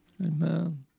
amen